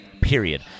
period